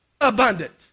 abundant